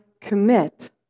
commit